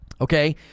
Okay